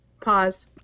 Pause